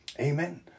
Amen